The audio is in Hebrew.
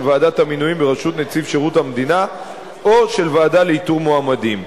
ועדת המינויים בראשות נציב שירות המדינה או של ועדה לאיתור מועמדים.